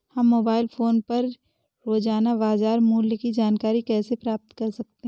हम mobile phone पर रोजाना बाजार मूल्य की जानकारी कैसे प्राप्त कर सकते हैं?